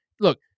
look